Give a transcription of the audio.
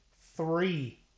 three